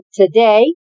today